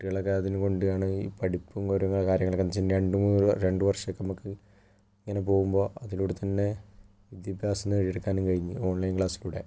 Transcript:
കുട്ടികളൊക്കെ അതിന് കൊണ്ടാണ് ഈ പഠിപ്പും കുറേ കാര്യങ്ങളൊക്കെ എന്ന് വെച്ചാൽ രണ്ടു മൂന്നുള്ള രണ്ട് വർഷമൊക്കെ നമുക്ക് ഇങ്ങനെ പോകുമ്പോൾ അതിലൂടെ തന്നെ വിദ്യാഭ്യാസം നേടിയെടുക്കാനും കഴിഞ്ഞു ഓൺലൈൻ ക്ലാസ്സിലൂടെ